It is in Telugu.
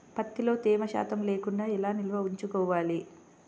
ప్రత్తిలో తేమ శాతం లేకుండా ఎలా నిల్వ ఉంచుకోవాలి?